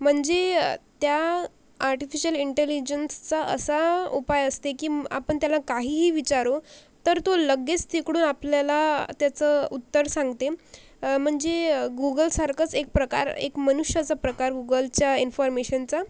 म्हणजे त्या आर्टिफिशल इंटेलिजन्सचा असा उपाय असते की आपण त्याला काहीही विचारो तर तो लगेच तिकडून आपल्याला त्याचं उत्तर सांगते म्हणजे गूगलसारखंच एक प्रकार एक मनुष्याचा प्रकार गूगलच्या इन्फर्मेशनचा